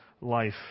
life